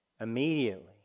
immediately